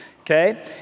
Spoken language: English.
okay